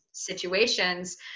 Situations